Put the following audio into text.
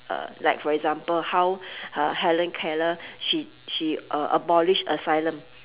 uh like for example how uh helen-keller she she uh abolish asylum